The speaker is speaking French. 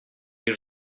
les